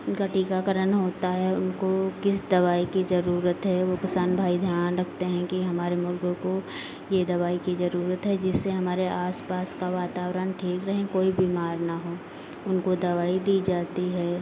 उनका टीकाकरण होता है उनको किस दवाई की ज़रूरत हैं वो किसान भाई ध्यान रखते हैं कि हमारे मुर्गों को ये दवाई का ज़रूरत है जिससे हमारे आस पास का वातावरण ठीक रहे कोई बीमार ना हो उनको दवाई दी जाती है